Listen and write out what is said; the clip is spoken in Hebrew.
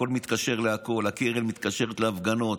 הכול מתקשר להכול: הקרן מתקשרת להפגנות,